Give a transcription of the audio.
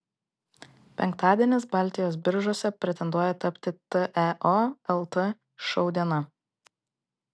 penktadienis baltijos biržose pretenduoja tapti teo lt šou diena